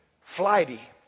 Flighty